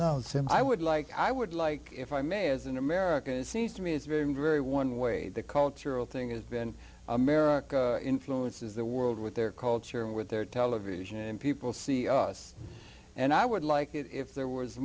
nonsense i would like i would like if i may as an american it seems to me is very very one way the cultural thing has been america influences the world with their culture and with their television and people see us and i would like it if there was